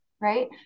Right